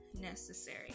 necessary